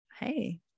Hey